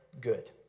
good